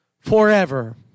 forever